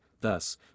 thus